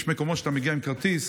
יש מקומות שאתה מגיע עם כרטיס,